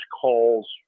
calls